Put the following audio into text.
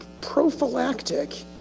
prophylactic